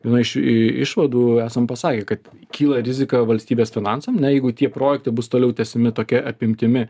viena iš išvadų esam pasakę kad kyla rizika valstybės finansam na jeigu tie projektai bus toliau tęsiami tokia apimtimi